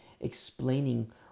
explaining